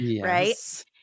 right